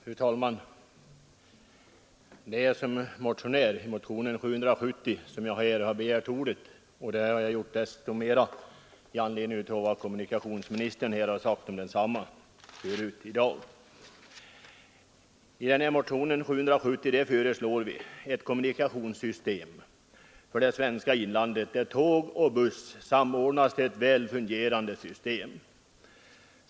Fru talman! Det är som motionär i motionen 770 som jag har begärt ordet, och jag har funnit det desto mera angeläget att göra detta efter vad kommunikationsministern sagt om den motionen tidigare i dag. I motionen föreslås ett kommunikationssystem för det svenska inlandet där tåg och buss samordnas på ett väl fungerande sätt.